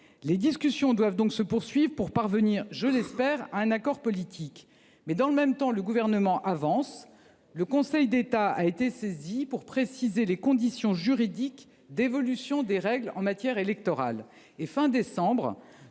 Les discussions doivent donc se poursuivre pour parvenir, je l’espère, à un accord politique. Mais dans le même temps, le Gouvernement avance. Le Conseil d’État a été saisi pour préciser les conditions juridiques d’évolution des règles en matière électorale.